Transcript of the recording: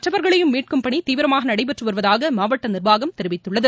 மற்றவர்களையும் மீட்கும் பணி தீவிரமாக நடைபெற்று வருவதாக மாவட்ட நிர்வாகம் தெரிவித்துள்ளது